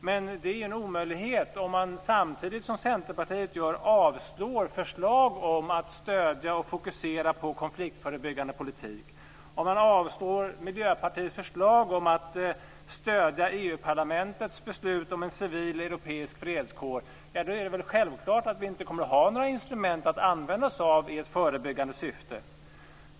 Men det är en omöjlighet om man samtidigt, som Centerpartiet gör, avslår förslag om att stödja och fokusera på konfliktförebyggande politik. Om man avslår Miljöpartiets förslag om att stödja EU-parlamentets beslut om en civil europeisk fredskår är det väl självklart att vi inte kommer att ha några instrument att använda oss av i ett förebyggande syfte.